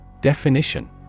definition